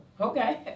okay